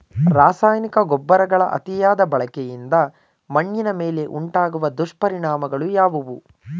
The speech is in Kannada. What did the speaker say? ರಾಸಾಯನಿಕ ಗೊಬ್ಬರಗಳ ಅತಿಯಾದ ಬಳಕೆಯಿಂದ ಮಣ್ಣಿನ ಮೇಲೆ ಉಂಟಾಗುವ ದುಷ್ಪರಿಣಾಮಗಳು ಯಾವುವು?